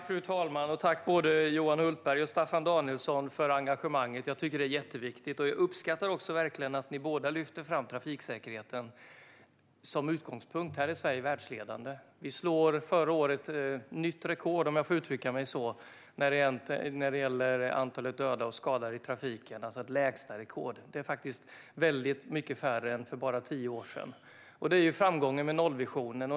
Fru talman! Tack, både Johan Hultberg och Staffan Danielsson, för engagemanget! Det är jätteviktigt. Jag uppskattar också att ni båda lyfter fram trafiksäkerheten som utgångspunkt. Här är Sverige världsledande. Vi slog förra året nytt lägstarekord, om jag får uttrycka mig så, vad gäller antalet dödade och skadade i trafiken. Det är väldigt många färre än för bara tio år sedan. Det är framgången med nollvisionen.